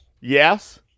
Yes